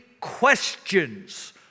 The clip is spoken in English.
questions